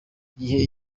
gihe